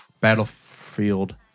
Battlefield